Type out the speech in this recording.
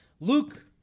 Luke